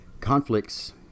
conflicts